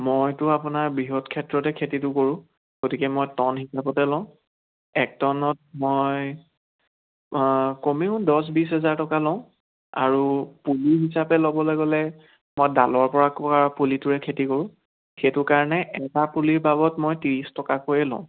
মইতো আপোনাৰ বৃহৎ ক্ষেত্ৰতে খেতিটো কৰোঁ গতিকে মই টন হিচাপতে লওঁ এক টনত মই কমেও দহ বিশ হাজাৰ টকা লওঁ আৰু পুলি হিচাপে ল'বলৈ গ'লে মই ডালৰ পৰা কৰা পুলিটোৰে খেতি কৰোঁ সেইটো কাৰণে এটা পুলিৰ বাবদ মই ত্ৰিছ টকাকৈ লওঁ